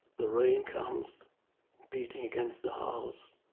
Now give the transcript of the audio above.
the rain comes beating against the house,